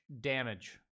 damage